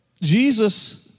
Jesus